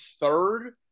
third –